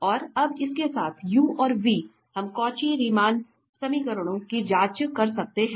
और अब इसके साथ u और v हम कौची रीमान समीकरणों की जाँच कर सकते हैं